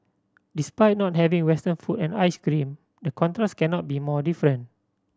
despite not having Western food and ice cream the contrast cannot be more different